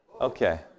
Okay